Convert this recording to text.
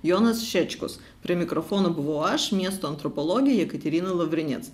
jonas šečkus prie mikrofono buvau aš miesto antropologė jekaterina lavrinec